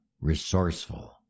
resourceful